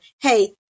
hey